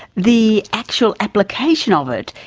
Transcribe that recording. the actual application of it,